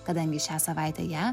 kadangi šią savaitę ją